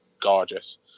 gorgeous